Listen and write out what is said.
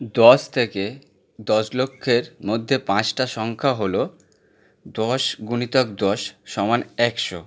দশ থেকে দশ লক্ষের মধ্যে পাঁচটা সংখ্যা হলো দশ গুণিতক দশ সমান একশো